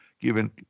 given